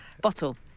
Bottle